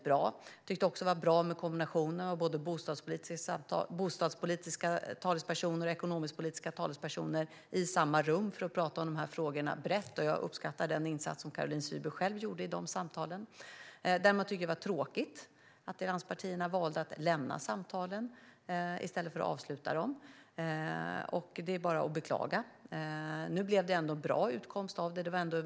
Jag tyckte också att kombinationen av bostadspolitiska och ekonomisk-politiska talespersoner i samma rum var bra; den gav en möjlighet att prata om de här frågorna brett. Jag uppskattar dessutom den insats som Caroline Szyber själv gjorde i de samtalen. Däremot tyckte jag att det var tråkigt att allianspartierna valde att lämna samtalen i stället för att avsluta dem. Det är bara att beklaga. Nu blev det ändå ett bra utfall.